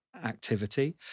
activity